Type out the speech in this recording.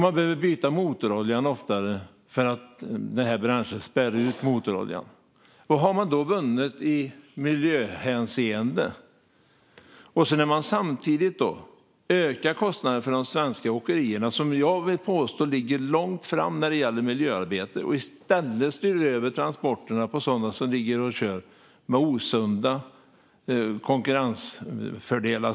Man behöver byta motoroljan oftare för att bränslet spär ut motoroljan. Vad har man då vunnit i miljöhänseende? Samtidigt ökar man kostnaderna för de svenska åkerierna. Jag vill påstå att de ligger långt fram när det gäller miljöarbete. I stället styr man över transporterna på sådana som ligger och kör med osunda konkurrensfördelar.